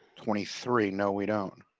twenty three no we don't.